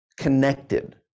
connected